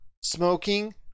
Smoking